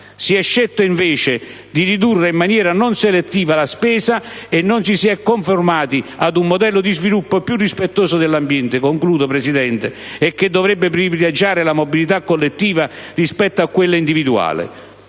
Si è scelto invece di ridurre in maniera non selettiva le spese e non ci si è conformati ad un modello di sviluppo più rispettoso dell'ambiente - concludo, Presidente - e che dovrebbe privilegiare la mobilità collettiva rispetto a quella individuale.